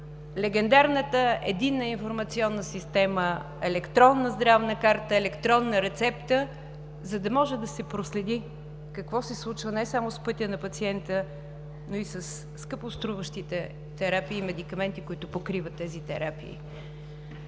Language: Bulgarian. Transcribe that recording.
легендарната Единна информационна система, електронна здравна карта, електронна рецепта, за да може да се проследи какво се случва не само с пътя на пациента, но и със скъпоструващите терапии и медикаменти, които покриват тези терапии.